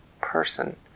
person